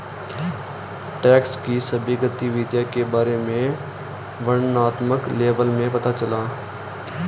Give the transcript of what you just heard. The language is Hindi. टैक्स की सभी गतिविधियों के बारे में वर्णनात्मक लेबल में पता चला है